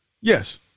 Yes